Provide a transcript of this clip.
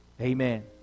Amen